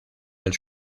del